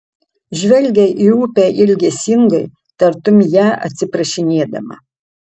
žvelgia į upę ilgesingai tartum ją atsiprašinėdama